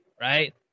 right